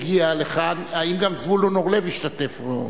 האם גם זבולון אורלב השתתף?